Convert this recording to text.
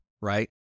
right